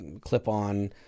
clip-on